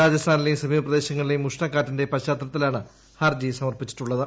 രാജസ്ഥാനിലെയും സമീപ പ്രദേശങ്ങളിലെയും ഉഷ്ണക്കാറ്റിന്റയും പശ്ചാത്തലത്തിലാണ് ഹർജി സമർപ്പിച്ചിട്ടുള്ളത്